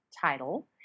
title